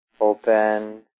open